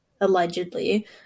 allegedly